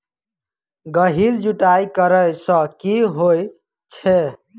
गहिर जुताई करैय सँ की होइ छै?